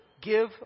give